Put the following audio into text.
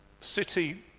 city